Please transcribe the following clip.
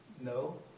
No